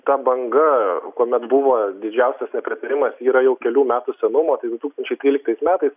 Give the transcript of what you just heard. ta banga kuomet buvo didžiausias nepritarimas yra jau kelių metų senumo tai du tūkstančiai tryliktais metais